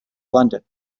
london